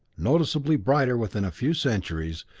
noticeably brighter within a few centuries,